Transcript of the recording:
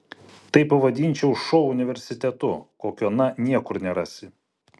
tai pavadinčiau šou universitetu kokio na niekur nerasi